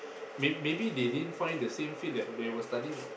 may maybe they didn't find the same field that they were studying of